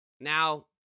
now